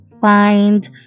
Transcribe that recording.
find